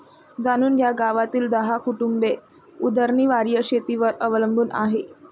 जाणून घ्या गावातील दहा कुटुंबे उदरनिर्वाह शेतीवर अवलंबून आहे